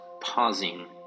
pausing